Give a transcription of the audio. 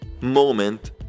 moment